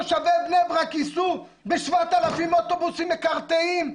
תושבי בני ברק ייסעו ב-7,000 אוטובוסים מקרטעים,